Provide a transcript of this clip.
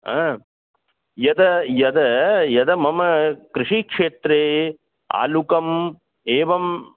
हा यद् यद् यद् मम कृषिक्षेत्रे आलुकम् एवं